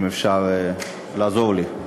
אם אפשר לעזור לי.